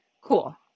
cool